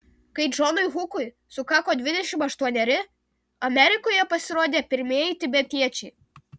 kai džonui hukui sukako dvidešimt aštuoneri amerikoje pasirodė pirmieji tibetiečiai